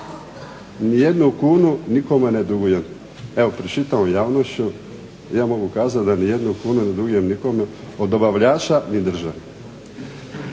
nijednu kunu nikome ne dugujem. Evo pred čitavom javnošću ja mogu kazat da nijednu kunu ne dugujem nikome od dobavljača ni državi.